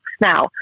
now